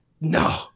No